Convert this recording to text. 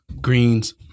greens